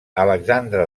alexandre